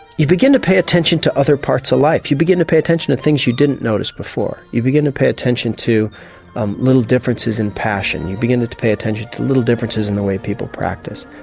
you begin to pay attention to other parts of life, you begin to pay attention to things you didn't notice before, you begin to pay attention to little differences in passion, you begin to to pay attention to little differences in the way people practice.